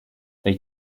they